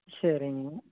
சரிங்க